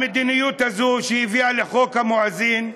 המדיניות הזו שהביאה לחוק המואזין,